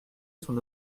son